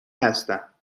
هستم